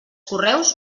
correus